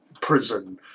prison